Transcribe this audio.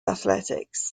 athletics